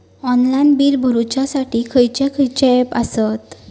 Online bill भरुच्यासाठी खयचे खयचे ऍप आसत?